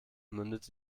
mündet